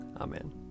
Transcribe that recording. Amen